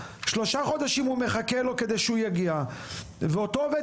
שלושה חודשים הוא מחכה לו כדי שהוא יגיע ואותו עובד